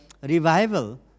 revival